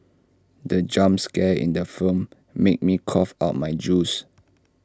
the jump scare in the film made me cough out my juice